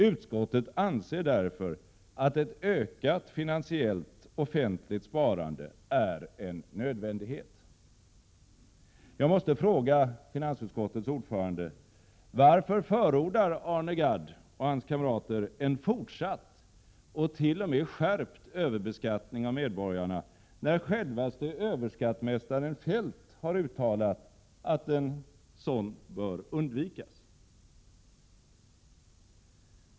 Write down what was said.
Utskottet anser därför att ett ökat finansiellt offentligt sparande är en nödvändighet.” Jag måste fråga finansutskottets ordförande: Varför förordar Arne Gadd och hans kamrater en fortsatt och t.o.m. skärpt överbeskattning av medborgarna, när självaste överskattmästaren Feldt har uttalat att en sådan bör undvikas?